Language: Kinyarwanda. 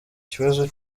kibazo